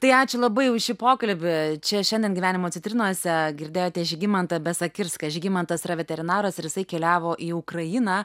tai ačiū labai už šį pokalbį čia šiandien gyvenimo citrinose girdėjote žygimantą besakirską žygimantas yra veterinaras ir jisai keliavo į ukrainą